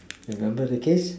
remember the case